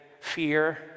fear